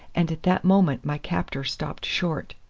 and at that moment my captor stopped short.